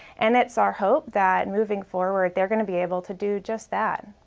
and it's our hope that moving forward, they're going to be able to do just that.